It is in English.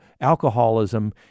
alcoholism